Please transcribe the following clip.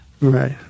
Right